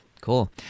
Cool